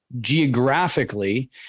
geographically